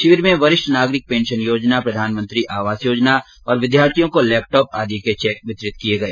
शिविर में वरिष्ठ नागरिक पेंशन योजना प्रधानमंत्री आवासयोजना विद्यार्थियों को लैपटॉप आदि के चैक वितरित किए गए